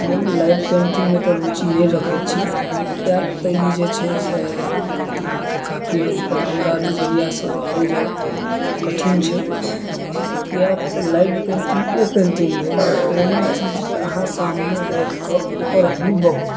हम लाइव पेन्टिंगमे तऽ रुचि नहि रखैत छी किएक तऽ ई जे छै से अहाँके काफी हद तक हमरा नजरियासँ देखल जाउ तऽ कठिन छै किए तऽ लाइव पेन्टिंग ओ पेन्टिंग भेल जे कोनो चीजके अहाँ सामने राखि कऽ ओकर हु बहुत